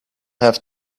have